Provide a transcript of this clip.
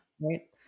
Right